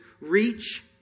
reach